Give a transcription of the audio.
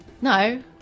no